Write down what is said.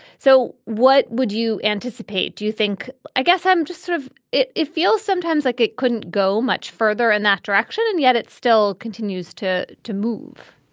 so what would you anticipate, do you think? i guess i'm just sort of it it feels sometimes like it couldn't go much further in that direction and yet it still continues to to move